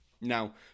now